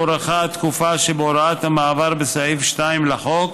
הוארכה התקופה שבהוראת המעבר בסעיף 2 לחוק